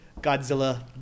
Godzilla